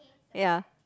ya